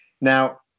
Now